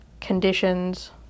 conditions